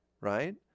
Right